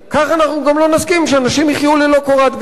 כך אנחנו גם לא נסכים שאנשים יחיו ללא קורת-גג.